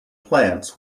plants